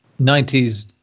90s